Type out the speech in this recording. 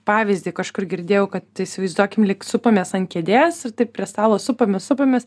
pavyzdį kažkur girdėjau kad įsivaizduokim lyg supamės ant kėdės ir taip prie stalo supamės supamės